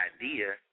idea